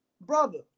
Brother